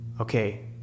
okay